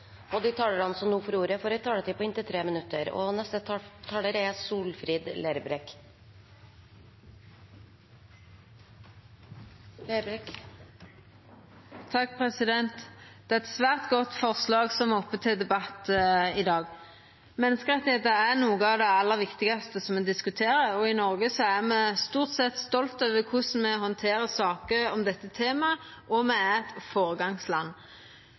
som heretter får ordet, har en taletid på inntil 3 minutter. Det er eit svært godt forslag som er oppe til debatt i dag. Menneskerettar er noko av det aller viktigaste som me diskuterer, og i Noreg er me stort sett stolte over korleis me handterer saker om dette temaet, og me er eit